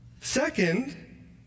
Second